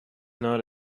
not